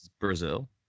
Brazil